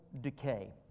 decay